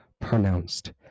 pronounced